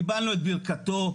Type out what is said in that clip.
קיבלנו את ברכתו,